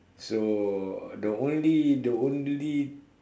so the only the only